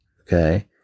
okay